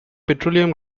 petroleum